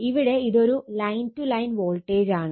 ഇവിടെ ഇത് ഒരു ലൈൻ ടു ലൈൻ വോൾട്ടേജ് ആണ്